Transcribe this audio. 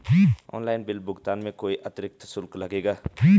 Online bill भुगतान में कोई अतिरिक्त शुल्क लगेगा?